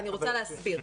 אני רוצה להסביר.